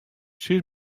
sis